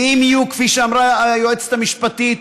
ואם יהיו, כפי שאמרה היועצת המשפטית,